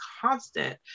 constant